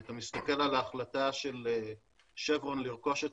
כשאתה מסתכל על ההחלטה של שברון לרכוש את